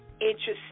interesting